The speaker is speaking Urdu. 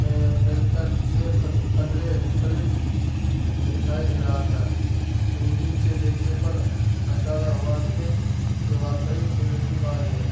فلکن سے ق قدرے مختلف دکھائی دے رہا تھا دوربین سے دیکھنے پر اندازہ ہوا کہ یہ واقعی سلیٹی باز ہے